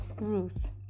Ruth